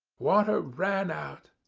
water ran out.